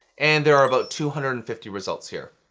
and there are about two hundred and fifty results here.